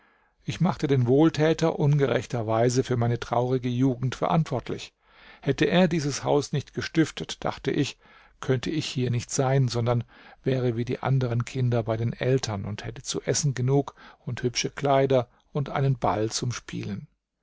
ich machte den wohltäter ungerechterweise für meine traurige jugend verantwortlich hätte er dieses haus nicht gestiftet dachte ich könnte ich hier nicht sein sondern wäre wie die anderen kinder bei den eltern und hätte zu essen genug und hübsche kleider und einen ball zum spielen